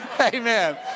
Amen